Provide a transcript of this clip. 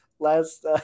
last